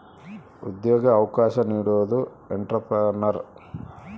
ಉದ್ಯೋಗ ಅವಕಾಶ ನೀಡೋದು ಎಂಟ್ರೆಪ್ರನರ್